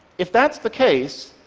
if that's the case,